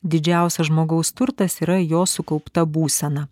didžiausias žmogaus turtas yra jo sukaupta būsena